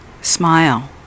Smile